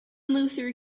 luther